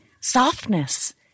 softness